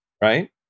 Right